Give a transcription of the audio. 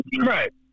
Right